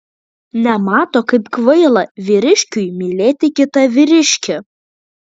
nemato kaip kvaila vyriškiui mylėti kitą vyriškį